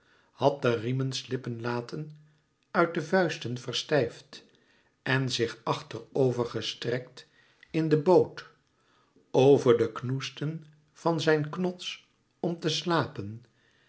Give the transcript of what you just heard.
had de riemen slippen laten uit de vuisten verstijfd en zich achter over gestrekt in de boot over de knoesten van zijn knots om te slapen